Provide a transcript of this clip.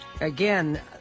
again